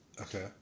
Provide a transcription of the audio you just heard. Okay